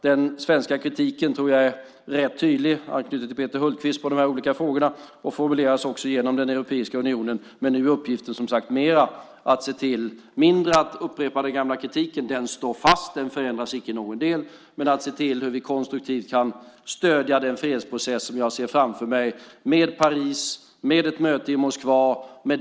Den svenska kritiken tror jag är rätt tydlig - jag anknyter till Peter Hultqvist när det gäller de här olika frågorna - och den formuleras också genom Europeiska unionen. Men nu är uppgiften, som sagt, mindre att upprepa den gamla kritiken - den står fast; den förändras icke i någon del - och mer att se hur vi konstruktivt kan stödja den fredsprocess som jag ser framför mig. Det handlar om Paris och ett möte i Moskva.